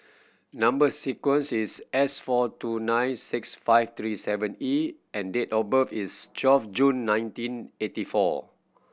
number sequence is S four two nine six five three seven E and date of birth is twelve June nineteen eighty four